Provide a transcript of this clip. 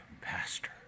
Pastor